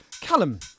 Callum